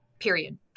period